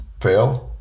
fail